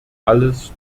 alles